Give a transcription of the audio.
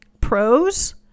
Pros